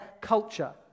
culture